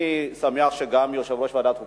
אני שמח שגם יושב-ראש ועדת החוקה,